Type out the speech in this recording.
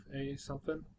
A-something